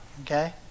Okay